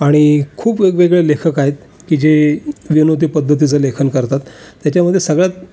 आणि खूप वेगवेगळे लेखक आहेत की जे विनोदी पद्धतीचं लेखन करतात त्याच्यामध्ये सगळ्यात